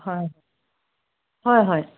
হয় হয় হয়